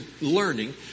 learning